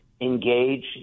engage